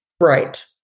Right